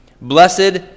Blessed